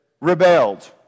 rebelled